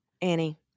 Annie